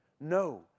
No